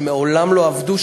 שמעולם לא עבדו,